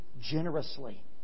generously